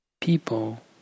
People